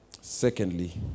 Secondly